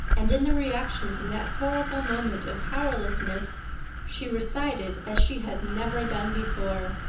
and in the reaction from that horrible moment of powerlessness she recited as she had never done before.